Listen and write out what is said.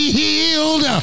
healed